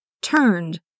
turned